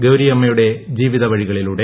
ഗൌരിയമ്മയുടെ ജീവിതവ്ഴി്കളിലൂടെ